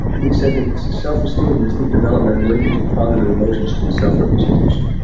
he said that self-esteem is the developmental linkage of positive emotions to the self-representation.